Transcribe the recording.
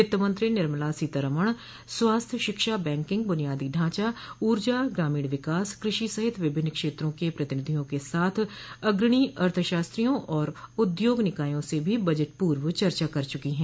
वित्त मंत्री निर्मला सीतारमण स्वास्थ्य शिक्षा बैंकिंग बुनियादी ढांचा ऊर्जा ग्रामीण विकास कृषि सहित विभिन्न क्षेत्रों के प्रतिनिधियों के साथ साथ अग्रणी अर्थशास्त्रियों और उद्योग निकायों से भी बजट पूर्व चर्चा कर चुकी हैं